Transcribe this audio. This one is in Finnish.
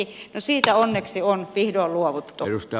no siitä onneksi on vihdoin luovuttu